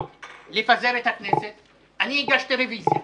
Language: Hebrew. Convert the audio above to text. לפזר את הכנסת ברוב קולות אני הגשתי רביזיה.